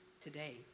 today